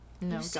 No